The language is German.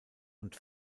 und